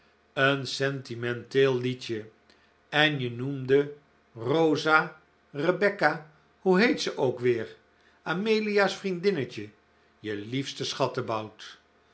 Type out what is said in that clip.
een sentimenteel liedje en je noemde rosa rebecca hoe heet ze ook weer amelia's vriendinnetje je liefste schattebout